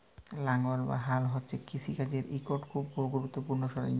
লাঙ্গল বা হাল হছে কিষিকাজের ইকট খুব গুরুত্তপুর্ল সরল্জাম